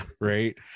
right